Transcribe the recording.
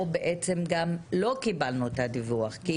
או גם אם לא קיבלנו את הדיווח.